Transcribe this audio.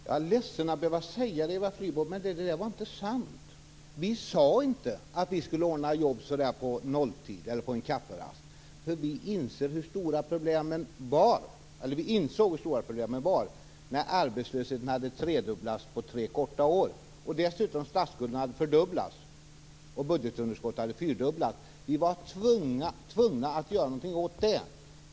Fru talman! Jag är ledsen att behöva säga det, Eva Flyborg, men det där var inte sant. Vi sade inte att vi skulle ordna jobb på nolltid eller på en kafferast. Vi insåg hur stora problemen var när arbetslösheten hade tredubblats på tre korta år, samtidigt som statsskulden hade fördubblats och budgetunderskottet fyrdubblats. Vi var tvungna att göra någonting åt det.